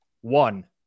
one